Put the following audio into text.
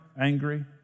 angry